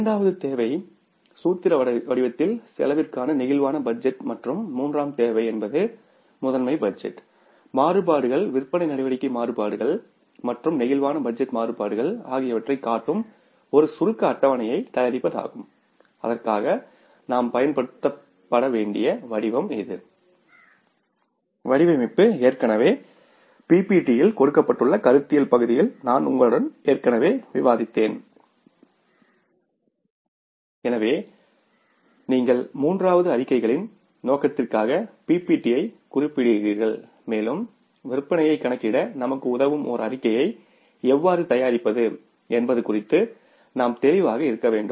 இரண்டாவது தேவை சூத்திர வடிவத்தில் செலவிற்கான பிளேக்சிபிள் பட்ஜெட் மற்றும் மூன்றாவது தேவை என்பது மாஸ்டர் பட்ஜெட் மாறுபாடுகள் விற்பனை நடவடிக்கை மாறுபாடுகள் மற்றும் பிளேக்சிபிள் பட்ஜெட் மாறுபாடுகள் ஆகியவற்றைக் காட்டும் ஒரு சுருக்க அட்டவணையைத் தயாரிப்பதாகும் அதற்காக நாம் பயன்படுத்த வேண்டிய வடிவம் வடிவமைப்பு ஏற்கனவே PPT இல் கொடுக்கப்பட்டுள்ள கருத்தியல் பகுதியில் நான் உங்களுடன் ஏற்கனவே விவாதித்தேன் எனவே நீங்கள் மூன்றாவது அறிக்கைகளின் நோக்கத்திற்காக PPT ஐக் குறிப்பிடுகிறீர்கள் மேலும் விற்பனையை கணக்கிடநமக்கு உதவும் ஒரு அறிக்கையை எவ்வாறு தயாரிப்பது என்பது குறித்து நாம் தெளிவாக இருக்கவேண்டும்